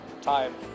time